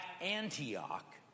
antioch